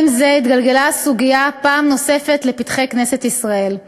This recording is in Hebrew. זה התגלגלה הסוגיה פעם נוספת לפתחה של כנסת ישראל.